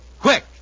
Quick